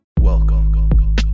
Welcome